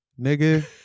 nigga